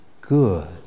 good